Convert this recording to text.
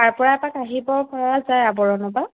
তাৰ পৰা এপাক আহিব পৰা যায় আৱৰণৰ পৰা